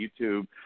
YouTube